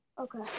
Okay